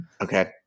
okay